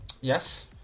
Yes